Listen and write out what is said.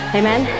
amen